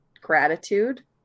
gratitude